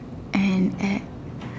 and add